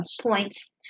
points